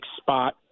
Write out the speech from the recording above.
spot